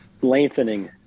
lengthening